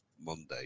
monday